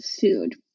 food